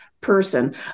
person